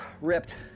ripped